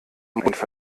muss